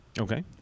okay